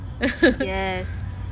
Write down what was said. yes